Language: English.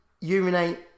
urinate